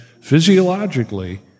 physiologically